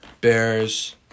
Bears